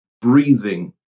breathing